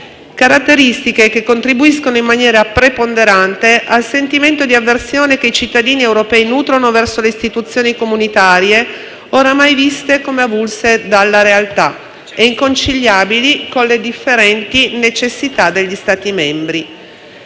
caratteristiche che contribuiscono in maniera preponderante al sentimento di avversione che i cittadini europei nutrono verso le istituzioni comunitarie, oramai viste come avulse dalla realtà e inconciliabili con le differenti necessità degli Stati membri.